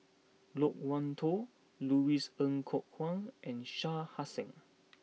Loke Wan Tho Louis Ng Kok Kwang and Shah Hussain